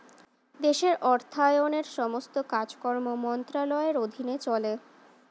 দেশের অর্থায়নের সমস্ত কাজকর্ম মন্ত্রণালয়ের অধীনে চলে